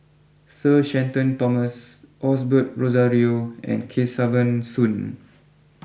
Sir Shenton Thomas Osbert Rozario and Kesavan Soon